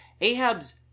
Ahab's